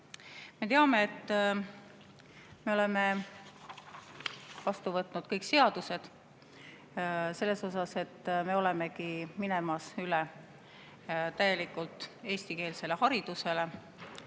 Me teame, et me oleme vastu võtnud kõik seadused ja oleme üle minemas täielikult eestikeelsele haridusele.